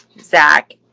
Zach